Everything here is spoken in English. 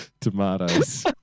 Tomatoes